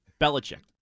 Belichick